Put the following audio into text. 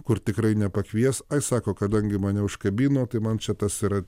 kur tikrai nepakvies sako kadangi mane užkabino tai man čia tas yra